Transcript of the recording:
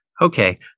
Okay